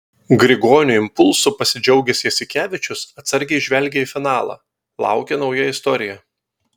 grigonio impulsu pasidžiaugęs jasikevičius atsargiai žvelgia į finalą laukia nauja istorija